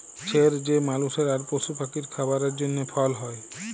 ছের যে মালুসের আর পশু পাখির খাবারের জ্যনহে ফল হ্যয়